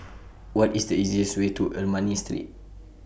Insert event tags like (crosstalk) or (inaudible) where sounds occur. (noise) What IS The easiest Way to Ernani Street